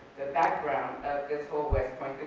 the background of this whole west point,